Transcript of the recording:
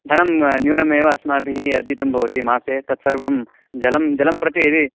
धनं न्यूनमेव अस्माभिः अर्जितं भवति मासे तत्सर्वं जलं जलं प्रति यदि